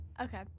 Okay